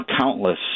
countless